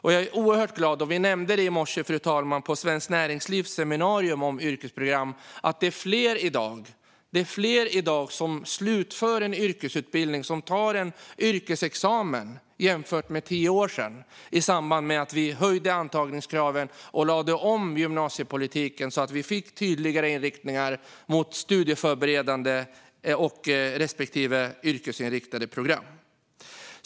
På Svenskt Näringslivs seminarium om yrkesprogram i morse nämndes glädjande att det är fler i dag än för tio år sedan som slutför en yrkesutbildning och tar en yrkesexamen. Det är tack vare att vi höjde antagningskraven och lade om gymnasiepolitiken så att vi fick en tydligare inriktning mot studieförberedande respektive yrkesinriktade program.